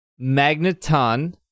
Magneton